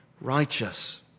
righteous